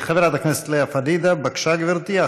חברת הכנסת לאה פדידה, בבקשה, גברתי.